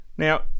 Now